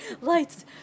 lights